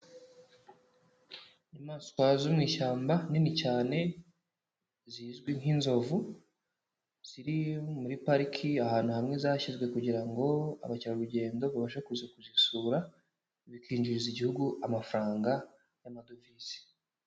Inyamaswa zo mu ishyamba nini cyane zizwi nk'inzovu, ziri muri pariki, ahantu hamwe zashyizwe kugira ngo abakerarugendo babashe kuza kuzisura, bikinjiriza Igihugu amafaranga y'amadovize.